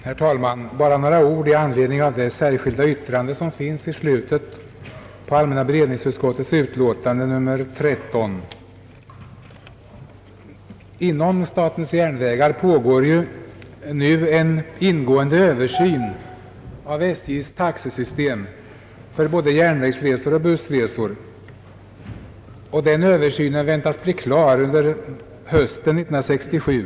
Herr talman! Jag vill i korthet säga några ord i anledning av det särskilda yttrande som finns fogat till allmänna beredningsutskottets utlåtande nr 13. Inom statens järnvägar pågår för både järnvägsresor och bussresor en ingående översyn av SJ:s taxesystem. Den översynen väntas bli klar under hösten 1967.